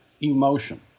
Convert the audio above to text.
emotion